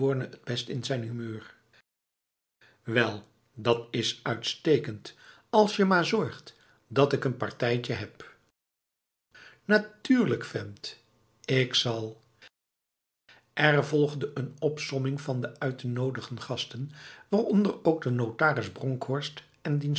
het best in zijn humeur wel dat is uitstekend als je maar zorgt dat ik een partijtje heb natuurlijk vent lkzal er volgde een opsomming van de uit te nodigen gasten waaronder ook de notaris bronkhorst en diens